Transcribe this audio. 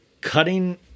cutting